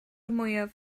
mwyaf